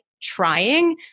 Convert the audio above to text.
trying